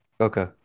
Okay